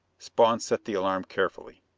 spawn set the alarm carefully.